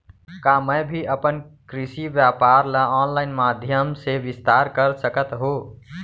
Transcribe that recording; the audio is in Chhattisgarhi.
का मैं भी अपन कृषि व्यापार ल ऑनलाइन माधयम से विस्तार कर सकत हो?